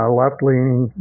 left-leaning